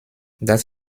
das